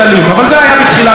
אבל זה היה בתחילת הדיון.